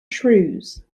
shrews